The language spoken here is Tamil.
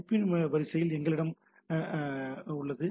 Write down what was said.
ஐபி வரிசையில் எங்களிடம் உள்ளது